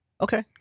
okay